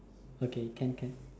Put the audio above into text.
okay can can